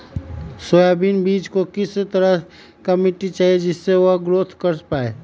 Soybean बीज को किस तरह का मिट्टी चाहिए जिससे वह ग्रोथ कर पाए?